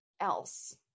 else